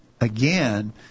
again